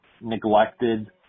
neglected